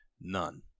none